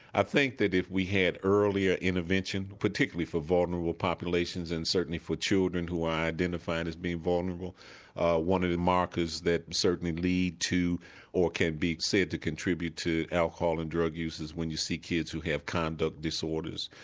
i think that if we had earlier intervention, particularly for vulnerable populations and certainly for children who are identified as being vulnerable one of the markers that certainly lead to or can be said to contribute to alcohol and drug uses when you see kids who have conduct disorders,